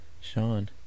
Sean